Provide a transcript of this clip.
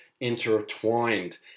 intertwined